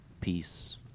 peace